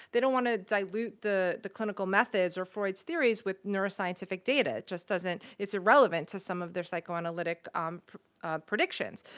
they don't want to dilute the the clinical methods or freud's theories with neuroscientific data. it just doesn't it's irrelevant to some of their psychoanalytic predictions.